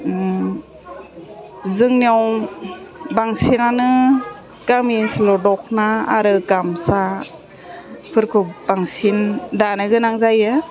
जोंनाव बांसिनानो गामि ओनसोलाव दखना आरो गामसाफोरखौ बांसिन दानो गोनां जायो